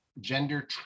gender